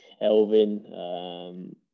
Elvin